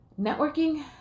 Networking